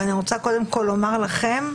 ואני רוצה קודם כל לומר לכם: